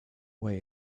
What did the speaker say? way